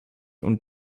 und